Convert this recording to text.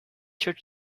should